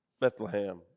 Bethlehem